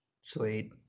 Sweet